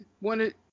wanted